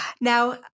Now